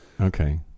okay